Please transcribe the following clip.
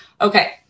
Okay